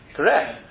Correct